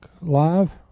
Live